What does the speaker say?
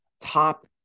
top